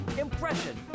impression